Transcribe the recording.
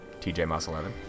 TJMoss11